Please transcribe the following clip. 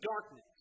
darkness